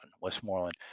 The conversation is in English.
Westmoreland